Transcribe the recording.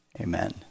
Amen